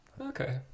Okay